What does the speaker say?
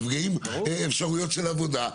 נפגעות אפשרויות של עבודה,